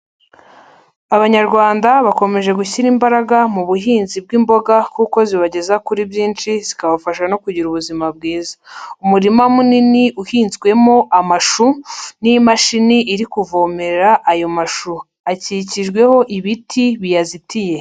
Abanyarwanda bakomeje gushyira imbaraga mu buhinzi bw'imboga kuko zibageza kuri byinshi, zikabafasha no kugira ubuzima bwiza. Umurima munini uhinzwemo amashu n'imashini iri kuvomerera ayo mashu. Akikijweho ibiti biyazitiye.